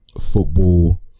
football